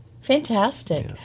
Fantastic